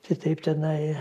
tai taip tenai